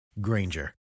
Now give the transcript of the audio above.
Granger